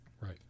Right